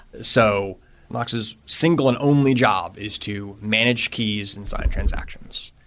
so nox's single and only job is to manage keys inside transactions.